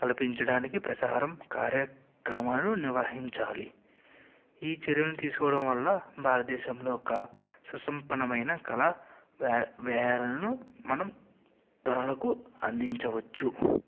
కల్పించడానికి ప్రచారం కార్య క్రమాలను నిర్వహించాలి ఈ చర్యలు తీసుకోవడం వల్ల భారతదేశంలో ఒక్క సుసంపన్నమైన కళా వ్యా వ్యాయాలను మనం ఇతరులకు అందించవచ్చు